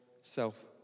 self